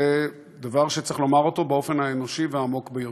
זה דבר שצריך לומר אותו באופן האנושי והעמוק ביותר.